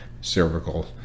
cervical